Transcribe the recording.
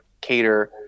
cater